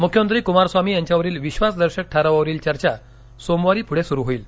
मुख्यमंत्री कुमारस्वामी यांच्यावरील विश्वासदर्शक ठरावावरील चर्चा सोमवारी पुढे सुरु होईल